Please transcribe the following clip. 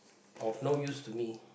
of no use to me